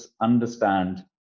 understand